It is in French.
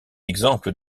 exemple